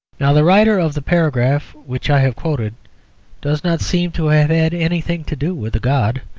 now, the writer of the paragraph which i have quoted does not seem to have had anything to do with a god,